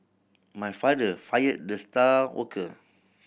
my father fired the star worker